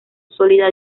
sólida